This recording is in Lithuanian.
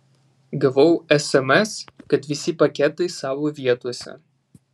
gavau sms kad visi paketai savo vietose